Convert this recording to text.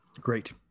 Great